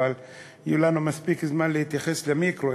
יהיה לנו מספיק זמן להתייחס למיקרו,